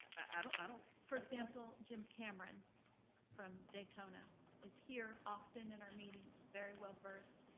i don't i don't for example, jim cameron from daytona is here often in our meetings, very well-versed,